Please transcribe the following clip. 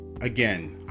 again